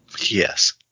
yes